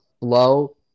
flow –